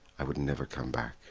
i would never come back.